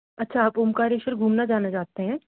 अच्छा आप ओंकारेश्वर घूमना जाना चाहते हैं